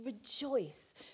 rejoice